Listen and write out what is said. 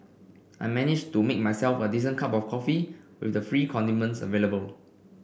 I managed to make myself a decent cup of coffee with the free condiments available